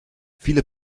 viele